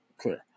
clear